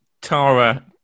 Tara